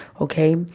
Okay